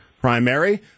primary